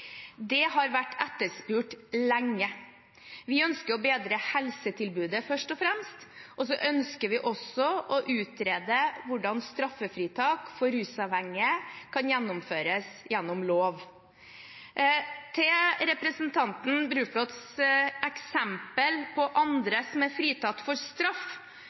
Det har vært etterspurt lenge. Vi ønsker å bedre helsetilbudet først og fremst, og vi ønsker også å utrede hvordan straffefritak for rusavhengige kan gjennomføres gjennom lov. Til representanten Bruflots eksempel på andre som er fritatt for straff,